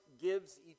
gives